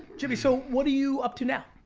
jimmy, so what are you up to now?